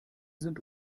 sind